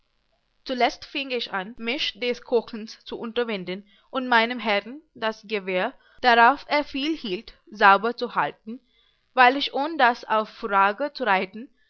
fieng ich an mich des kochens zu unterwinden und meinem herrn das gewehr darauf er viel hielt sauber zu halten weil ich ohn das auf furage zu reiten